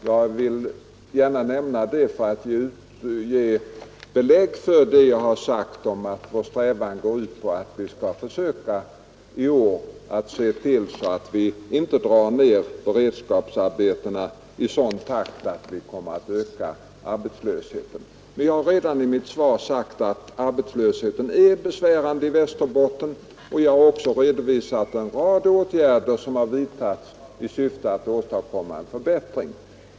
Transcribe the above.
Jag vill gärna nämna det för att ge belägg för det jag har sagt om att vår strävan går ut på att vi i år skall försöka se till att vi inte drar ner beredskapsarbetena i sådan takt att vi kommer att öka arbetslösheten. Jag har redan i mitt svar sagt att arbetslösheten är besvärande i Västerbotten, och jag har också redovisat en rad åtgärder som har vidtagits i syfte att åstadkomma en bättring.